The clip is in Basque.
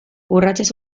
urratsez